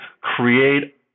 create